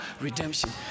redemption